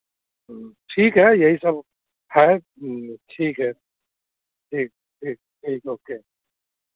ठीक है यही सब है ठीक है ठीक ठीक ठीक ओके